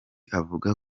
avuga